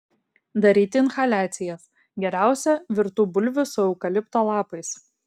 daryti inhaliacijas geriausia virtų bulvių su eukalipto lapais